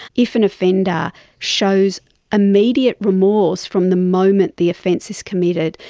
if an offender shows immediate remorse from the moment the offence is committed,